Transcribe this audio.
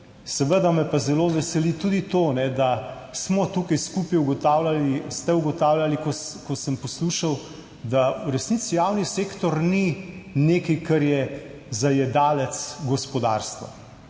Seveda me pa zelo veseli tudi to, da smo tukaj skupaj ugotavljali, ste ugotavljali, ko sem poslušal, da v resnici javni sektor ni nekaj, kar je zajedavec gospodarstva.